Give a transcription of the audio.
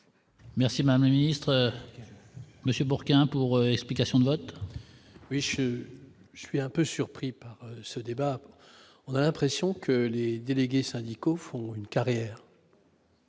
Merci ma ministre monsieur Bourquin pour explications de vote. Oui, je, je suis un peu surpris par ce débat, on a l'impression que les délégués syndicaux font une carrière.